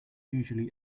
usually